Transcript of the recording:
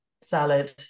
salad